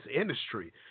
industry